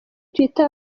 twitter